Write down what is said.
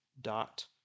dot